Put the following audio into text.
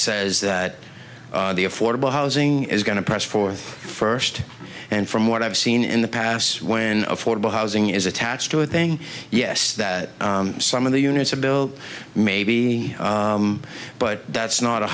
says that the affordable housing is going to press for the first and from what i've seen in the past when affordable housing is attached to a thing yes that some of the units are built maybe but that's not a